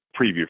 preview